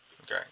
okay